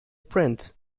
prince